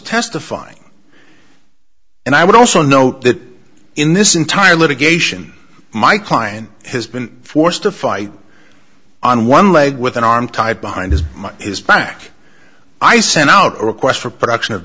testifying and i would also note that in this entire litigation my client has been forced to fight on one leg with an arm tied behind his his back i sent out a request for production of